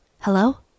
Hello